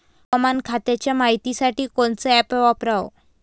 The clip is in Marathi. हवामान खात्याच्या मायतीसाठी कोनचं ॲप वापराव?